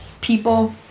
people